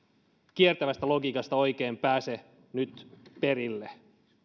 kiertävästä logiikasta oikein pääse nyt perille